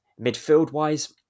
Midfield-wise